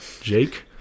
Jake